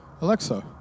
Alexa